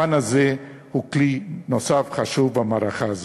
הפן הזה הוא כלי נוסף חשוב במערכה הזאת.